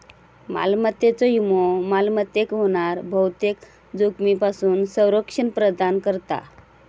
मालमत्तेचो विमो मालमत्तेक होणाऱ्या बहुतेक जोखमींपासून संरक्षण प्रदान करता